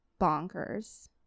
bonkers